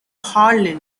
herald